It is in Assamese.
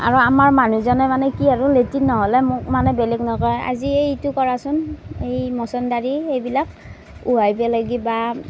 আৰু আমাৰ মানুহজনে মানে কি আৰু লেট্ৰিন ন'হলে মোক মানে বেলেগ নকয় আজি এইটো কৰাচোন এই মছন্দৰী এইবিলাক উহাই পেলাই কিবা